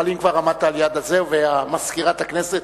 אבל אם כבר עמדת על-יד המקרופון ומזכירת הכנסת